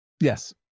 Yes